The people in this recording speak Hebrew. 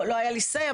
לא הייתה לי אמירה,